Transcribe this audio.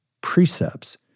precepts